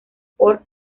por